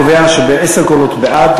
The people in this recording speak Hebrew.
אני קובע שבעשרה קולות בעד,